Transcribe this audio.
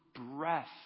breath